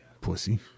Pussy